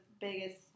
biggest